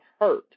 hurt